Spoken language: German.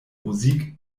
musik